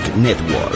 Network